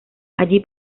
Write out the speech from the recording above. allí